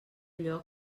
allò